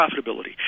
profitability